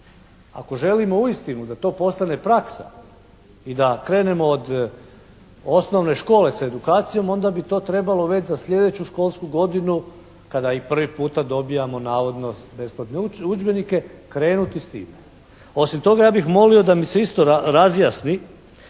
Ako želimo uistinu da to postane praksa i da krenemo od osnovne škole sa edukacijom onda bi to trebalo već za sljedeću školsku godinu kada i prvi puta dobijamo navodno besplatne udžbenike krenuti s tim. Osim toga ja bih molio da mi se isto razjasni